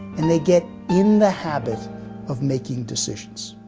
and they get in the habit of making decisions.